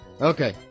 Okay